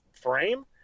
frame